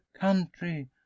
country